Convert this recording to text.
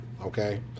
okay